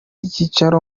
icyicaro